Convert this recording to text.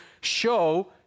show